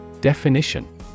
Definition